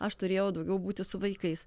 aš turėjau daugiau būti su vaikais